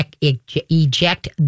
eject